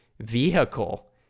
vehicle